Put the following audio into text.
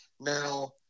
Now